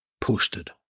posted